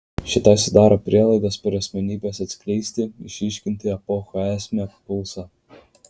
šitai sudaro prielaidas per asmenybes atskleisti išryškinti epochų esmę pulsą